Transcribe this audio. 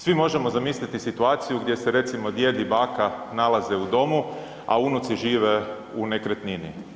Svi možemo zamisliti situaciju gdje se recimo djed i baka nalaze u domu, a unuci žive u nekretnini.